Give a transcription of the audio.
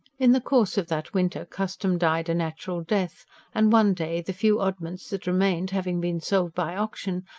in the course of that winter, custom died a natural death and one day, the few oddments that remained having been sold by auction,